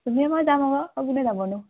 তুমি মই যাম আকৌ আৰু কোনে যাব নো